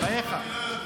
לא, לא --- בחייך.